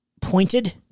Pointed